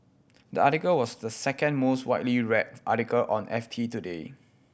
the article was the second most widely read article on FT today